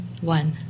one